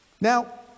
Now